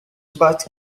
bat